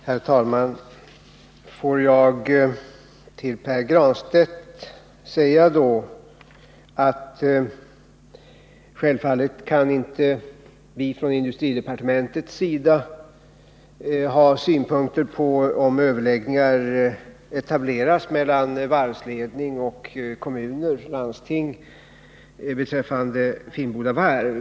Herr talman! Får jag till Pär Granstedt säga att självfallet kan vi inte från industridepartementets sida ha synpunkter på om överläggningar tas upp mellan varvsledning och kommun och landsting beträffande Finnboda varv.